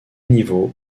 niveau